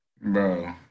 bro